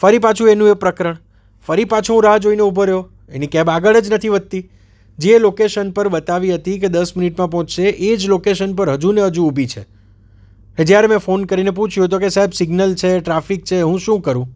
ફરી પાછું એનું એ પ્રકરણ ફરી પાછું હું રાહ જોઈને ઊભો રહ્યો એની કેબ આગળ જ નથી વધતી જે લોકેસન પર બતાવી હતી કે દસ મિનિટમાં પહોંચશે એ જ લોકેસન પર હજુ ને હજુ ઊભી છે કે જ્યારે મેં ફોન કરીને પૂછ્યું તો કહે સાહેબ સિગ્નલ છે ટ્રાફિક છે હું શું કરું